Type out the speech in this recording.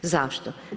Zašto?